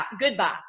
goodbye